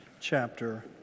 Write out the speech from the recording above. chapter